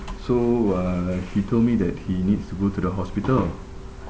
so uh he told me that he needs to go to the hospital